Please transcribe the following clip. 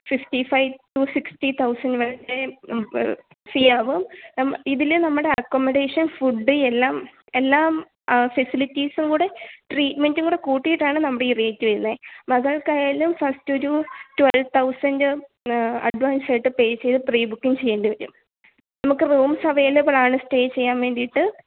fifty five to sixty thousand വരെയും fee ആവും നം ഇതിൽ നമ്മുടെ അക്കൊമഡേഷൻ ഫുഡ് എല്ലാം എല്ലാം ഫെസിലിറ്റീസും കൂടെ ട്രീറ്റ്മെൻറും കൂടെ കൂട്ടിയിട്ടാണ് നമ്മുടെ ഈ റേറ്റ് വരുന്നത് മകൾക്കായാലും ഫസ്റ്റ് ഒരു ട്വൽവ് തൗസൻഡ് അഡ്വാൻസ് ആയിട്ട് പേ ചെയ്ത് പ്രീ ബുക്കും ചെയ്യേണ്ടി വരും നമുക്ക് റൂംസ് അവൈലബിൾ ആണ് സ്റ്റേ ചെയ്യാൻ വേണ്ടിയിട്ട്